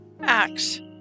Acts